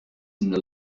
reason